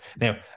Now